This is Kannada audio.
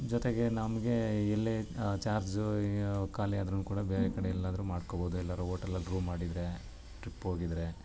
ಜೊತೆಗೆ ನಮಗೆ ಎಲ್ಲೇ ಚಾರ್ಜು ಖಾಲಿ ಆದ್ರು ಕೂಡ ಬೇರೆ ಕಡೆ ಎಲ್ಲಾದರೂ ಮಾಡ್ಕೋಬೋದು ಎಲ್ಲರೂ ಹೋಟೆಲಲ್ಲಿ ರೂಮ್ ಮಾಡಿದರೇ ಟ್ರಿಪ್ ಹೋಗಿದ್ರೆ